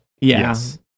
Yes